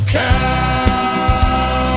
cow